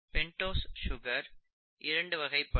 pentose sugar இரண்டு வகைப்படும்